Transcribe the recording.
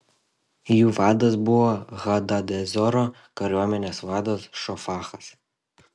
jų vadas buvo hadadezero kariuomenės vadas šofachas